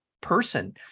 person